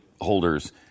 holders